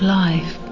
life